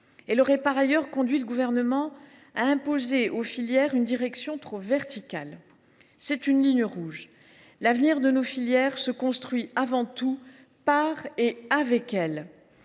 Elle aurait par ailleurs conduit le Gouvernement à imposer aux filières une direction trop verticale. C’est une ligne rouge. L’avenir de nos filières se construit avant tout par et avec elles.